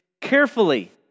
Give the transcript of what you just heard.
carefully